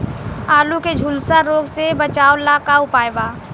आलू के झुलसा रोग से बचाव ला का उपाय बा?